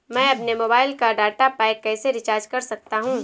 मैं अपने मोबाइल का डाटा पैक कैसे रीचार्ज कर सकता हूँ?